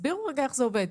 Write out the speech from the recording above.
תסבירו רגע איך זה עובד.